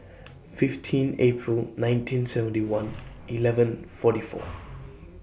fifteen April nineteen seventy one eleven forty four